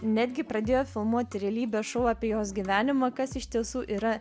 netgi pradėjo filmuoti realybės šou apie jos gyvenimą kas iš tiesų yra